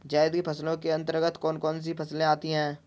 जायद की फसलों के अंतर्गत कौन कौन सी फसलें आती हैं?